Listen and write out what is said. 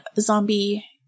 zombie